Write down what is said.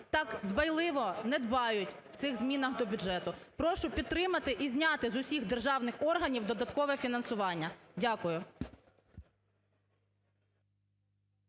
так дбайливо не дбають в цих змінах до бюджету. Прошу підтримати і зняти з усіх державних органів додаткове фінансування. Дякую.